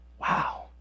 Wow